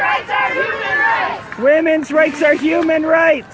rights women's rights are human right